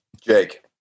Jake